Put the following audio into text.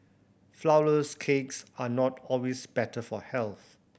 flourless cakes are not always better for health